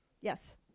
Yes